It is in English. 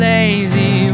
Lazy